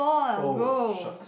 oh shocks